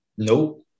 Nope